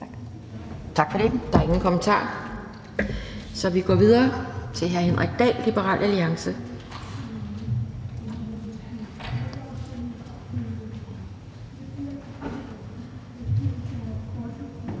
Tak for det. Der er ingen kommentarer, så vi går videre til hr. Henrik Dahl, Liberal Alliance.